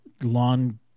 lawn